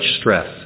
stress